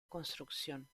construcción